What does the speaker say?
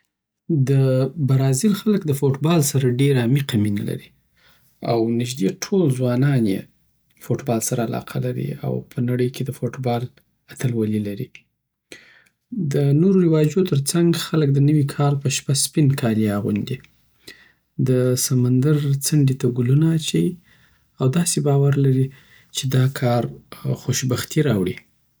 دبرازیل خلک د فوټبال سره ډیره عمیقه مینه لری او نژدی ټول ځوانان یی دفوټبال سره علاق لری او په نړی کی دفوټبال اتل ولی لری دنور رواجونو ترڅنګ خلک د نوي کال په شپه سپین کالي اغوندي. د سمندر څنډې ته ګلونه اچوي او داسی باور لری چی دا کار خوشبختۍ راوړی